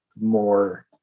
more